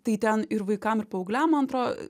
tai ten ir vaikam ir paaugliam man atro